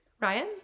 Ryan